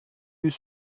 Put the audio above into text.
eut